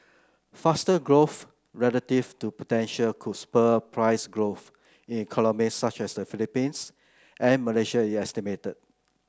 faster growth relative to potential could spur price growth in economies such as the Philippines and Malaysia it estimated